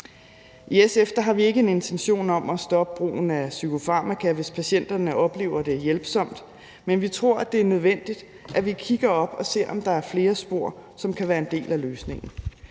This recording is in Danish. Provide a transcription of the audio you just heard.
I SF har vi ikke en intention om at stoppe brugen af psykofarmaka, hvis patienterne oplever, det er hjælpsomt, men vi tror, det er nødvendigt, at vi kigger op og ser, om der er flere spor, som kan være en del af løsningen.